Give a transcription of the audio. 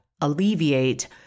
alleviate